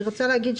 ככל האפשר,